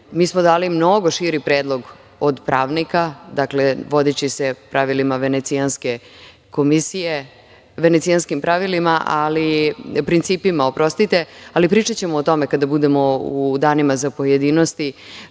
mi smo dali mnogo širi predlog od pravnika. Dakle, vodeći se pravilima Venecijanske komisije, venecijanskim principima, ali pričaćemo o tome kada budemo u danima za pojedinostima,